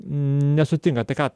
nesutinka tai ką